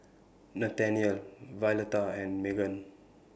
Nathaniel Violeta and Meghan